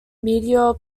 meteor